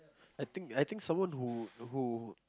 I think I think someone who who